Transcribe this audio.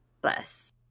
bus